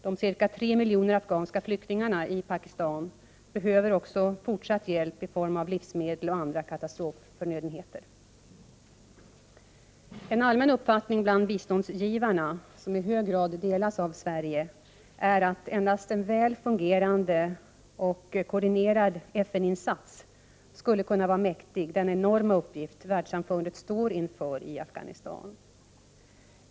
De ca 3 miljoner afghanska flyktingarna i Pakistan behöver också fortsatt hjälp i form av livsmedel och andra katastrofförnödenheter. En allmän uppfattning bland biståndsgivarna — som i hög grad delas av Sverige — är att endast en väl fungerande och koordinerad FN-insats skulle kunna vara mäktig den enorma uppgift världssamfundet står inför i Afghanistan.